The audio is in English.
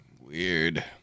Weird